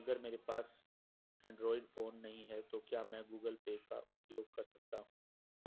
अगर मेरे पास एंड्रॉइड फोन नहीं है तो क्या मैं गूगल पे का उपयोग कर सकता हूं?